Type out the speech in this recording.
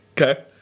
Okay